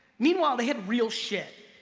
meanwhile, they had real shit.